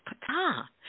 Pata